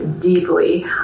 deeply